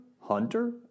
hunter